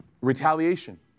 Retaliation